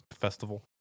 festival